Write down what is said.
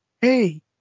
hey